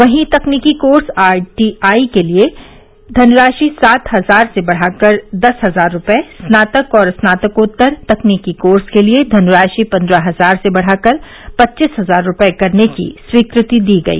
वहीं तकनीकी course ITI के लिये धनराशि सात हजार से बढ़ाकर दस हजार रूपये स्नातक और स्नातकोत्तर तकनीकी कोर्स के लिये धनराशि पन्द्रह हजार से बढ़ाकर पच्चीस हजार रूपये करने की स्वीकृति दी गई